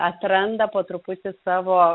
atranda po truputį savo